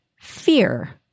fear